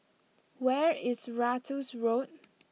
where is Ratus Road